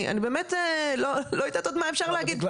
אני באמת לא יודעת עוד מה אפשר להגיד.